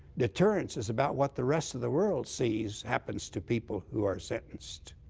deterrence is about what the rest of the world sees happens to people who are sentenced.